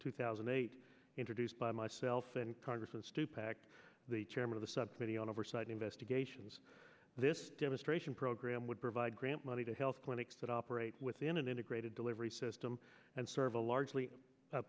two thousand and eight introduced by myself and congressman stupak the chairman of the subcommittee on oversight investigations this demonstration program would provide grant money to health clinics that operate within an integrated delivery system and serve a largely